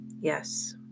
Yes